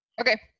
Okay